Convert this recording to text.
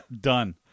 Done